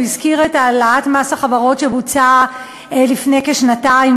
הוא הזכיר את העלאת מס החברות שבוצעה לפני כשנתיים